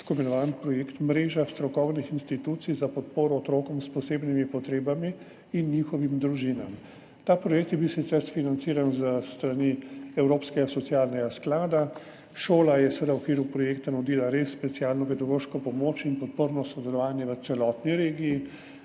tako imenovanega projekta Mreža strokovnih institucij za podporo otrokom s posebnimi potrebami in njihovim družinam. Ta projekt je bil sicer financiran s strani Evropskega socialnega sklada. Šola je seveda v okviru projekta nudila res specialno pedagoško pomoč in podporno sodelovanje v celotni regiji,